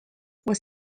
were